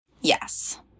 Yes